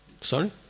Sorry